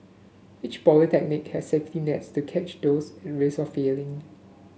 each polytechnic has safety nets to catch those at risk of failing